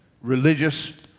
religious